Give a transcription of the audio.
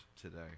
today